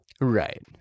Right